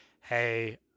hey